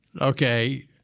okay